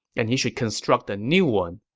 and he should construct a new one.